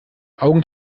augen